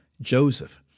Joseph